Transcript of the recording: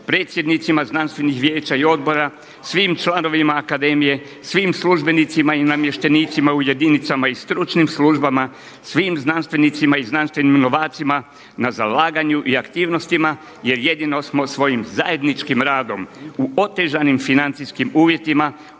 predsjednicima znanstvenih vijeća i odbora, svim članovima akademije, svim službenicima i namještenicima u jedinicama i stručnim službama, svim znanstvenicima i znanstvenim novacima na zalaganju i aktivnostima jer jedino smo svojim zajedničkim radom u otežanim financijskim uvjetima